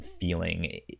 feeling